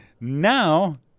now